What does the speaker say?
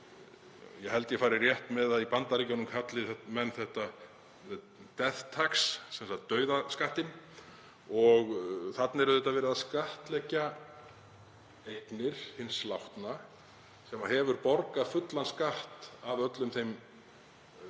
Ég held ég fari rétt með að í Bandaríkjunum kalli menn þetta „death tax“, dauðaskattinn. Þarna er auðvitað verið að skattleggja eignir hins látna sem hefur borgað fullan skatt af öllum þeim